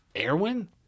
Erwin